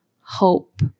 hope